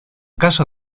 caso